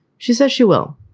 she said she will.